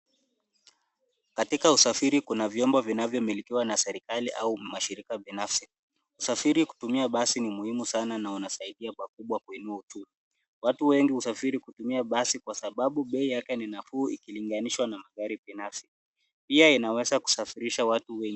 Katika usafiri kuna vyombo vinavyomilikiwa na serikali au mashirika binafsi. Usafiri kutumia basi ni amuhimu sana na unasaidia pakubwa kuinua uchumi. Watu wengi husafiri kutumia basi kwa sababu bei yake ni nafuu ikilinganishwa na magari binafsi. Pia inaweza kusafirisha watu wengi.